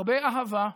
הרבה אהבה,